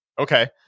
Okay